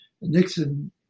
Nixon